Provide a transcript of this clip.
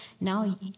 now